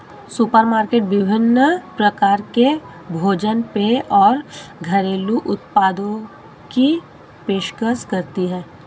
supermarket विभिन्न प्रकार के भोजन पेय और घरेलू उत्पादों की पेशकश करती है